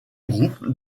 groupe